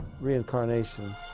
reincarnation